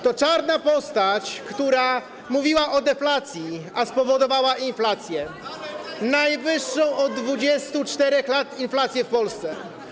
To czarna postać, która mówiła o deflacji, a spowodowała inflację, najwyższą od 24 lat inflację w Polsce.